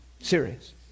Serious